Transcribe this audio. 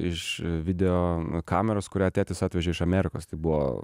iš video kameros kurią tėtis atvežė iš amerikos tai buvo